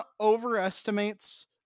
overestimates